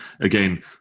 again